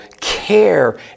care